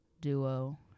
duo